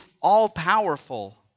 all-powerful